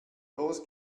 los